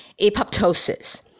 apoptosis